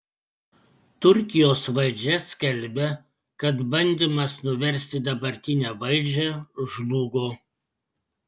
turkijos valdžia skelbia kad bandymas nuversti dabartinę valdžią žlugo